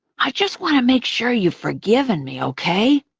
i just want to make sure you've forgiven me, okay?